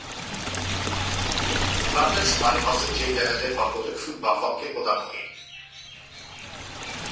planters মানে হসে যেই জাগাতে বা পোটে ফুল বা ফল কে পোতাং হই